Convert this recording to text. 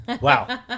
wow